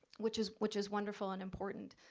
which is, which is wonderful and important,